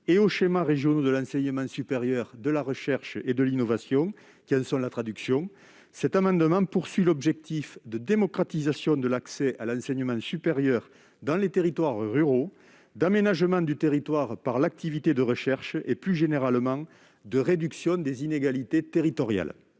et aux schémas régionaux de l'enseignement supérieur, de la recherche et de l'innovation qui en sont la traduction, notre amendement sert les objectifs de démocratisation de l'accès à l'enseignement supérieur dans les territoires ruraux, d'aménagement du territoire par l'activité de recherche et, plus généralement, de réduction des inégalités territoriales.